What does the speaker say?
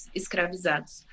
escravizados